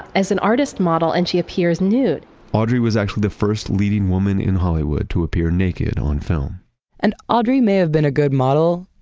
as an artist's model and she appears nude audrey was actually the first leading woman in hollywood to appear naked on film and audrey may have been a good model,